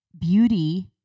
beauty